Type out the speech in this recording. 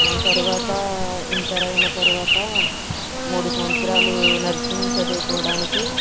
ఆ తర్వాత ఇంటర్ అయిన తర్వాత మూడు సంవత్సరాలు నర్సింగ్ చదువుకోవడానికి